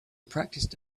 practiced